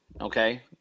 okay